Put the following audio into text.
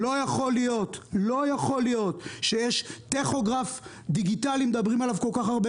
לא יכול להיות שיש טכוגרף דיגיטלי שמדברים עליו כל כך הרבה